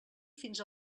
fins